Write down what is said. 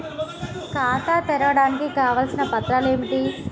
ఖాతా తెరవడానికి కావలసిన పత్రాలు ఏమిటి?